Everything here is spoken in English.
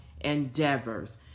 endeavors